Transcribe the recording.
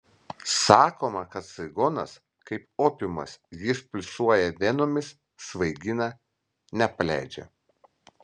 sakoma kad saigonas kaip opiumas jis pulsuoja venomis svaigina nepaleidžia